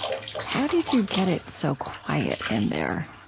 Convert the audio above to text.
how did you get it so quiet in there?